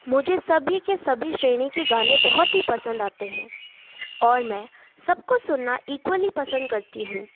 मुझे सभी के सभी श्रेणी के गाने बहुत ही पसंद आते हैं और मैं सबको सुना इक्वली पसंद करती हूँ